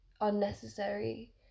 unnecessary